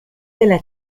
della